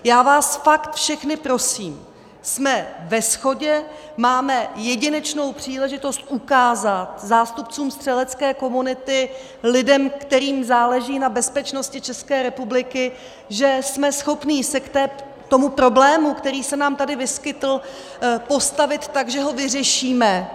Já vás všechny prosím, jsme ve shodě, máme jedinečnou příležitost ukázat zástupcům střelecké komunity, lidem, kterým záleží na bezpečnosti České republiky, že jsme schopni se k tomu problému, který se nám tady vyskytl, postavit tak, že ho vyřešíme.